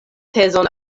tezon